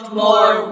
more